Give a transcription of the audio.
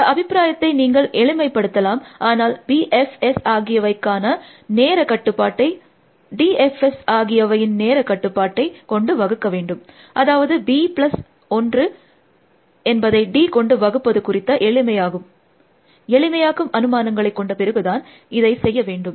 இந்த அபிப்பிராயத்தை நீங்கள் எளிமைப்படுத்தலாம் ஆனால் B F S ஆகியவைக்கான நேர கட்டுப்பாட்டை D F S ஆகியவையின் நேர கட்டுப்பாட்டை கொண்டு வகுக்க வேண்டும் அதாவது b ப்ளஸ் 1 என்பதை D கொண்டு வகுப்பது குறித்த எளிமையாக்கும் அனுமானங்களை கொண்ட பிறகுதான் இதை செய்ய வேண்டும்